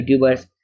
YouTubers